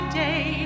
day